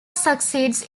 succeeds